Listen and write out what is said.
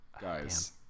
Guys